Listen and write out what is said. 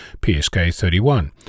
PSK31